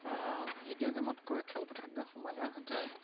video গেমতকৈ খেলপথাৰত গৈ সময়নীয়াৰ সৈতে